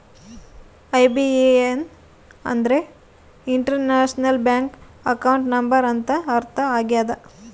IBAN ಅಂದ್ರೆ international bank account number ಅಂತ ಅರ್ಥ ಆಗ್ಯದ